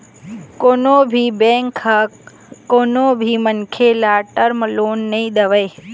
कोनो भी बेंक ह कोनो भी मनखे ल टर्म लोन नइ देवय